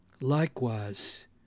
Likewise